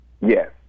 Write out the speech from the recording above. Yes